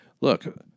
Look